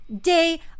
day